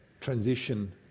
transition